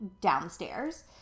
downstairs